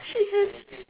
she is